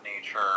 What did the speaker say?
nature